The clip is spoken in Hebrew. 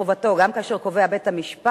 בשם היוזמים תברך ותודה חברת הכנסת אורלי לוי אבקסיס,